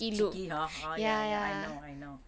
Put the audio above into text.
cheeky hor hor ya ya I know I know